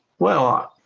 well,